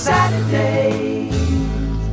Saturdays